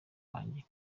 wanjye